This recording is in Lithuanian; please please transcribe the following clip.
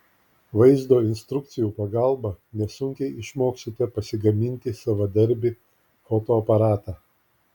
vaizdo instrukcijų pagalba nesunkiai išmoksite pasigaminti savadarbį fotoaparatą